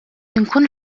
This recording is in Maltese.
inkun